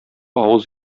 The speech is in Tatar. авыз